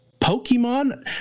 Pokemon